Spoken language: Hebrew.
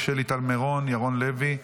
שלי טל מירון וירון לוי,